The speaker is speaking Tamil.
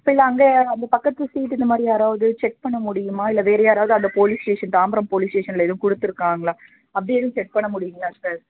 இப்போ இல்லை அங்கே அந்த பக்கத்து சீட்டு இந்தமாதிரி யாராவது செக் பண்ண முடியுமா இல்லை வேறு யாராவது அந்த போலீஸ் ஸ்டேஷன் தாம்பரம் போலீஸ் ஸ்டேஷனில் எதுவும் கொடுத்துருக்காங்களா அப்படி எதுவும் செக் பண்ண முடியுங்களா சார்